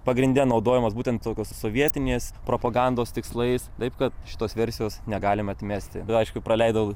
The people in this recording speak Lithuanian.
pagrinde naudojamas būtent tokios sovietinės propagandos tikslais taip kad šitos versijos negalim atmesti aišku praleidau